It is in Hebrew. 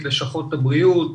את לשכות הבריאות,